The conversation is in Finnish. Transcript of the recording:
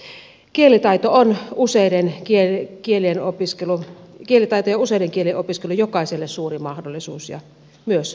kielitaito ja useiden kielien opiskelu on jokaiselle suuri mahdollisuus myös ruotsin kielen taito